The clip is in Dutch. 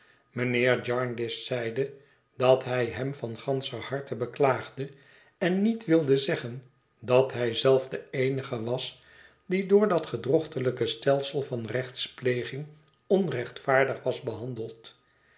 mijnheer jarndyce zeide dat hij hem van ganscher harte beklaagde en niet wilde zeggen dat hij zelf de eenige was die door dat gedrochtelijke stelsel van rechtspleging onrechtvaardig was behandeld